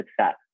success